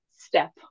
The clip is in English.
step